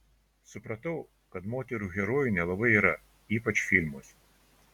supratau kad moterų herojų nelabai yra ypač filmuose